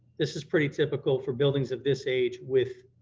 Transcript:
this is pretty typical for buildings of this age with